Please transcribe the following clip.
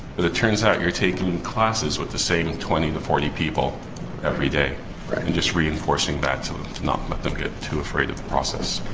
but it turns out you're taking classes with the same twenty to forty people every day. and just reinforcing that to not let them get too afraid of the process.